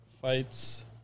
fights